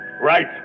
Right